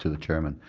ah chairman.